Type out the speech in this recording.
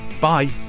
bye